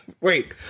Wait